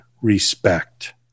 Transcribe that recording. respect